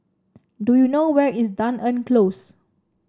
do you know where is Dunearn Close